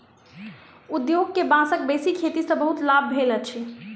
उद्योग के बांसक बेसी खेती सॅ बहुत लाभ भेल अछि